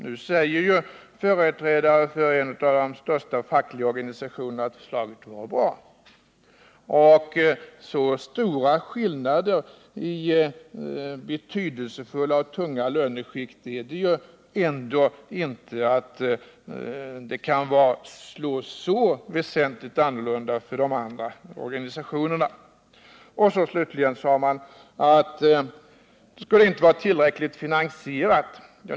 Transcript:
Nu säger ju företrädare för en av de största fackliga organisationerna att förslaget var bra. Och så stora skillnader i betydelsefulla och tunga löneskikt är det ändå inte att det kan slå väsentligt annorlunda för de andra organisationerna. Slutligen sade man att förslaget inte skulle vara tillräckligt finansierat.